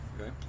Okay